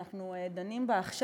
שאנחנו דנים בה עכשיו.